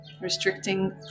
restricting